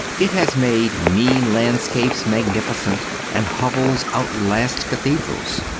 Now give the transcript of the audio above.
it has made mean landscapes magnificent and hovels outlast cathedrals.